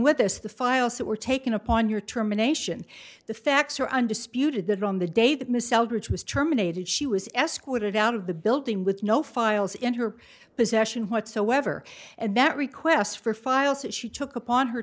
with us the files that were taken upon your terminations the facts are undisputed that on the day that miss eldridge was terminated she was escorted out of the building with no files in her possession whatsoever and that request for files that she took upon her